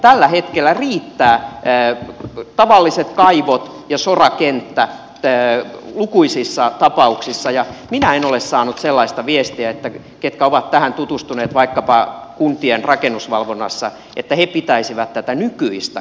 tällä hetkellä riittävät tavalliset kaivot ja sorakenttä lukuisissa tapauksissa ja minä en ole saanut sellaista viestiä niiltä ketkä ovat tähän tutustuneet vaikkapa kuntien rakennusvalvonnassa että he pitäisivät tätä nykyistä kohtuuttomana